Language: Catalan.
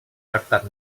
tractat